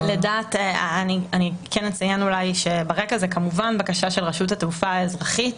אני כן אציין שברקע כמובן בקשת רשות התעופה האזרחית